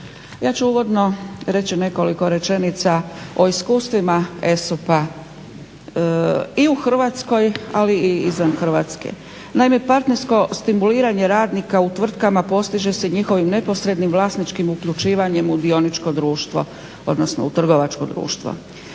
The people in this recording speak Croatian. Ja ću uvodno reći nekoliko rečenica o iskustvima ESOP-a i u Hrvatskoj, ali i izvan Hrvatske. Naime, partnersko stimuliranje radnika u tvrtkama postiže se njihovim neposrednim vlasničkim uključivanjem u dioničko društvo, odnosno u trgovačko društvo.